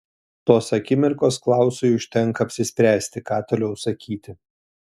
tos akimirkos klausui užtenka apsispręsti ką toliau sakyti